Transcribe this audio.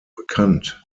bekannt